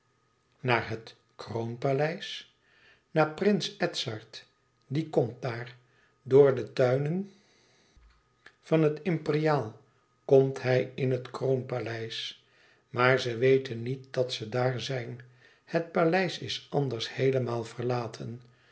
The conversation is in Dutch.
naar het kroonpaleis naar prins edzard die komt daar door de tuinen van het imperiaal komt hij in het kroonpaleis maar ze weten niet dat ze daar zijn het paleis is anders heelemaal verlaten